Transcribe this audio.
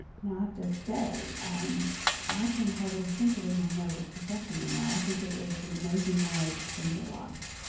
now, i have to say i can hardly think of a more noble profession than that. i think it is an amazing way to spend your life.